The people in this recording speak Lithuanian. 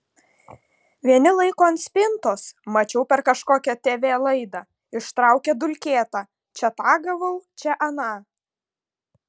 vieni laiko ant spintos mačiau per kažkokią tv laidą ištraukė dulkėtą čia tą gavau čia aną